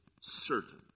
certain